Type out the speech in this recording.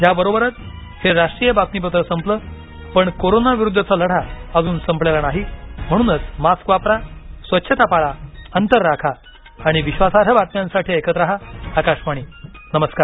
याबरोबरच हे राष्ट्रीय बातमीपत्र संपल पण कोरोना विरुद्धचा लढा अजून संपलेला नाही म्हणूनच मास्क वापरा स्वच्छता पाळा अंतर राखा आणि विश्वासार्ह बातम्यांसाठी ऐकत रहा आकाशवाणी नमस्कार